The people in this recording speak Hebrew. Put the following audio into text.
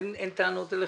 אין טענות אליכם.